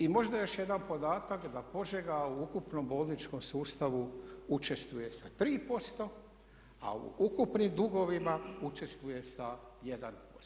I možda još jedan podatak, da Požega u ukupnom bolničkom sustavu učestvuje sa 3% a u ukupnim dugovima učestvuje sa 1%